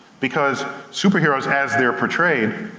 because superheros, as they're portrayed,